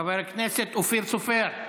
חבר הכנסת אופיר סופר,